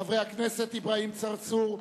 חברי הכנסת אברהים צרצור,